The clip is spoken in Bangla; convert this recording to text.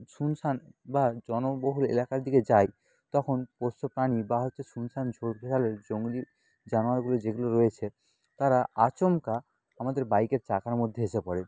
শুনশান বা জনবহুল এলাকার দিকে যাই তখন পোষ্য প্রাণী বা হচ্ছে শুনশান ঝোপঝাড়ের জংলি জানোয়ারগুলো যেগুলো রয়েছে তারা আচমকা আমাদের বাইকের চাকার মধ্যে এসে পড়ে